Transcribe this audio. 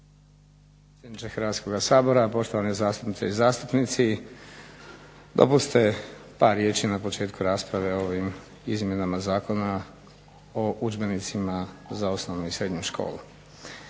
Hrvatskoga sabora, poštovane zastupnice i zastupnici. Dopustite par riječi na početku rasprave o ovim izmjenama Zakona o udžbenicima za osnovnu i srednju školu.